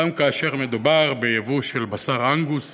גם כאשר מדובר ביבוא של בשר אנגוס מארגנטינה,